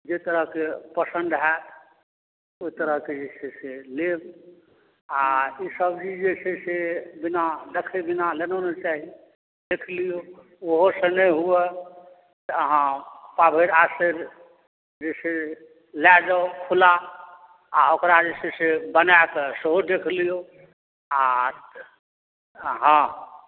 जाहि तरहके पसन्द होयत ओहि तरहके जे छै से लेब आ ई सभ जे छै से जेना देखै बिना लेनो नहि चाही देखि लियौ ओहो से नहि हुए तऽ अहाँ पाव भरि आसेर जे छै से लऽ जाउ खुला आ ओकरा जे छै से बनाकऽ सेहो देखि लियौ आ हॅं हॅं